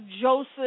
Joseph